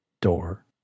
door